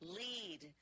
lead